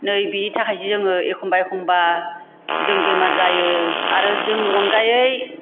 नै बिनि थाखासो जोङो एखमबा एखमबा जों बेमार जायो आरो जोंनि अनगायै